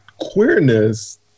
queerness